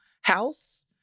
house